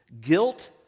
Guilt